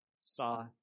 saw